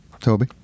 Toby